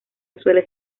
suele